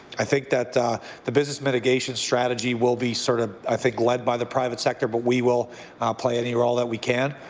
i think that the business mitigation strategy will be, sort of, i think, led by the private sector but we will play any role that we can.